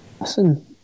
listen